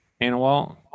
Annawalt